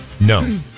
No